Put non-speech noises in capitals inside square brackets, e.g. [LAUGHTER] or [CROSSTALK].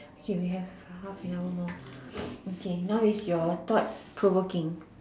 okay we have half an hour more [BREATH] okay now is your thought provoking